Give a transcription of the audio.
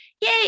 Yay